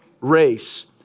race